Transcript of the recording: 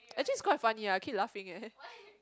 actually is quite funny ah I keep laughing leh